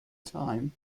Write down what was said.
time